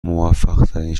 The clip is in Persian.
موفقترین